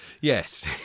yes